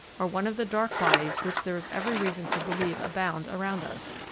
or one of the dark bodies which there is every reason to believe abound around us.